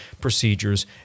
procedures